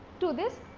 to this